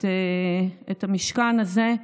את המשכן הזה,